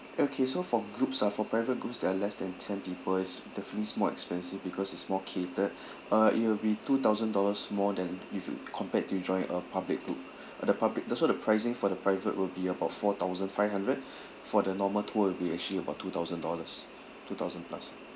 okay so for groups ah for private groups that are less than ten people it's definitely more expensive because it's more catered uh it will be two thousand dollars more than if you compared to join a public group the public the so the pricing for the private will be about four thousand five hundred for the normal tour will be actually about two thousand dollars two thousand plus